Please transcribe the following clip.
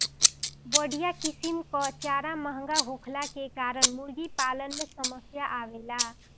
बढ़िया किसिम कअ चारा महंगा होखला के कारण मुर्गीपालन में समस्या आवेला